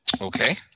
Okay